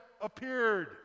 appeared